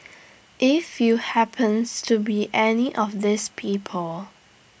if you happens to be any of these people